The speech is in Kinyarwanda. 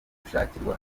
gushakirwa